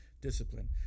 discipline